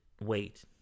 wait